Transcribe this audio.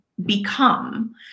become